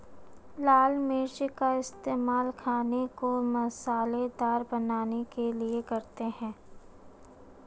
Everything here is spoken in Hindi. लाल मिर्च का इस्तेमाल खाने को मसालेदार बनाने के लिए करते हैं